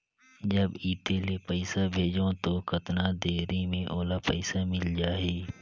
जब इत्ते ले पइसा भेजवं तो कतना देरी मे ओला पइसा मिल जाही?